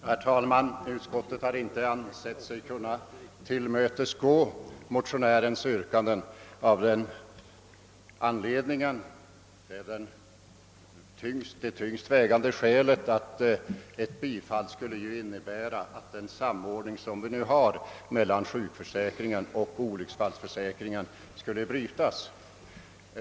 Herr talman! Utskottet har inte ansett sig kunna tillmötesgå motionärernas yrkanden. Det tyngst vägande skälet mot ett bifall är att det skulle innebära att den samordning som vi nu har mellan sjukförsäkringen och olycksfallsförsäkringen skulle brytas.